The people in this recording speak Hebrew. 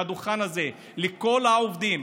מהדוכן הזה, לכל העובדים: